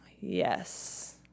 yes